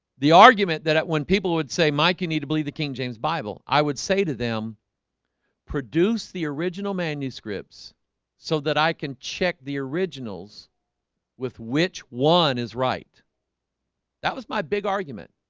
the argument that that when people would say mike you need to believe the king james bible i would say to them produce the original manuscripts so that i can check the originals with which one is right that was my big argument.